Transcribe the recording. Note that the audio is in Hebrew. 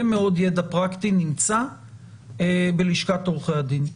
מאוד ידע פרקטי נמצא בלשכת עורכי הדין,